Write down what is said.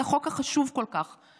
את החוק החשוב כל כך,